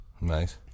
Nice